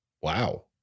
Wow